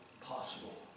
possible